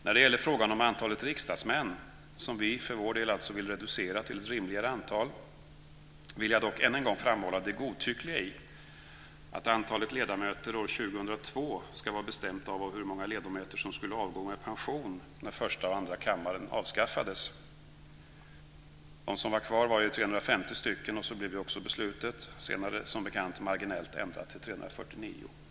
När det gäller frågan om antalet riksdagsmän - vi för vår del vill alltså reducera till ett rimligare antal - vill jag dock ännu en gång framhålla det godtyckliga i att antalet ledamöter år 2002 ska vara bestämt av hur många ledamöter som skulle avgå med pension när första kammaren och andra kammaren avskaffades. De som var kvar var 350 till antalet. Så blev också beslutet - som senare, som bekant, ändrades marginellt till 349 ledamöter.